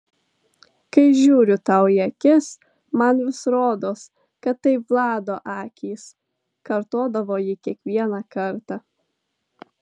kai žiūriu tau į akis man vis rodos kad tai vlado akys kartodavo ji kiekvieną kartą